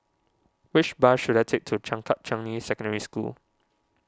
which bus should I take to Changkat Changi Secondary School